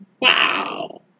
Wow